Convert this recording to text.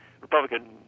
Republican